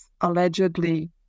allegedly